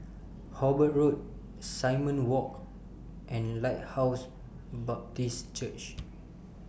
Hobart Road Simon Walk and Lighthouse Baptist Church